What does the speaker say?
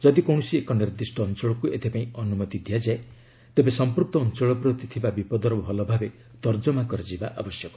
ଯଦି କୌଣସି ଏକ ନିର୍ଦ୍ଧିଷ୍ଟ ଅଞ୍ଚଳକୁ ଏଥିପାଇଁ ଅନୁମତି ଦିଆଯାଏ ତେବେ ସଂପ୍ନିକ୍ତ ଅଞ୍ଚଳ ପ୍ରତି ଥିବା ବିପଦର ଭଲଭାବେ ତର୍ଜମା କରାଯିବା ଆବଶ୍ୟକ